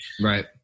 Right